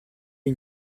une